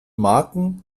marken